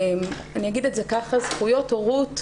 זכויות הורות,